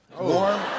Warm